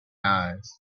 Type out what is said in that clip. eyes